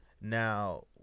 Now